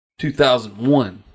2001